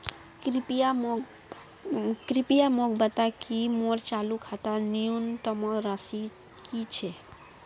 कृपया मोक बता कि मोर चालू खातार न्यूनतम राशि की छे